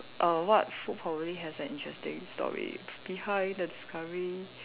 err what food probably has an interesting story behind the discovery